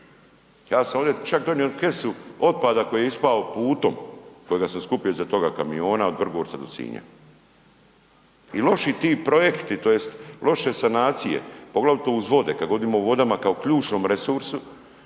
Ja sam ovdje čak donio kesu otpada koji je ispao putem, kojega sam skupio iza toga kamiona od Vrgorca do Sinja. I loši ti projekti tj. loše sanacije poglavito uz vode kad govorim o vodama kao ključnom resursu,